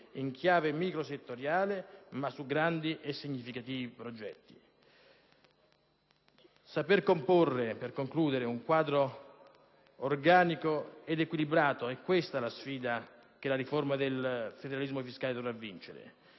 in chiave microsettoriale ma su grandi e significativi progetti. Saper comporre un quadro organico ed equilibrato: questa è la sfida che la riforma del federalismo fiscale dovrà vincere.